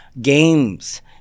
games